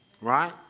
right